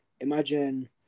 Imagine